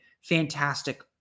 fantastic